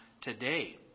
today